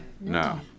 no